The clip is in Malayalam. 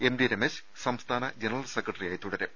എം ടി രമേശ് സംസ്ഥാന ജനറൽ സെക്രട്ടറിയായി തുടരും